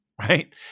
right